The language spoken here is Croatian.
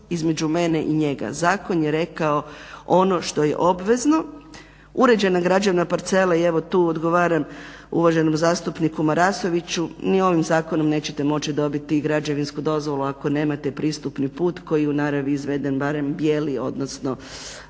između mene i njega. Zakon je rekao ono što je obvezno. Uređena građevna parcela i evo tu odgovaram uvaženom zastupniku Marasoviću, ni ovim zakonom nećete moći dobiti građevinsku dozvolu ako nemate pristupni put koji je u naravi izveden barem bijeli odnosno